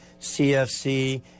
CFC